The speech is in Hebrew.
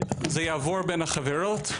זה יעבור בין החברות,